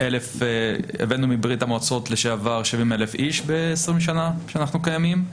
הבאנו מברה"מ לשעבר 70,000 איש ב-20 שנה שאנחנו קיימים,